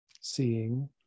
seeing